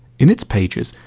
in its pages,